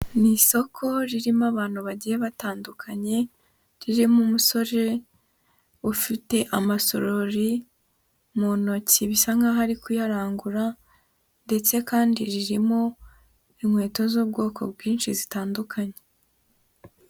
Ni isoko ririmo abantu bagiye batandukanye, ririmo umusore ufite amasorori mu ntoki, bisa nkaho ari kuyarangura, ndetse kandi ririmo inkweto z'ubwoko bwinshi zitandukanye.